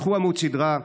קחו עמוד שדרה,